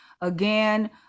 again